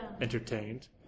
entertained